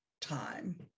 time